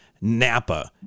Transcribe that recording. Napa